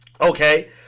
Okay